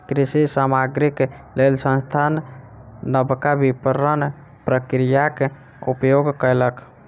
कृषि सामग्रीक लेल संस्थान नबका विपरण प्रक्रियाक उपयोग कयलक